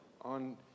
on